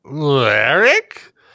Eric